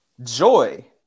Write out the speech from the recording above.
Joy